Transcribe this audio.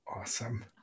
Awesome